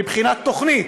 מבחינה תוכנית,